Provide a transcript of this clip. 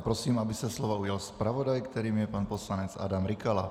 Prosím, aby se slova ujal zpravodaj, kterým je pan poslanec Adam Rykala.